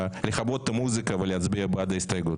לכבות את המוזיקה ולהצביע בעד ההסתייגות.